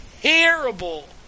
terrible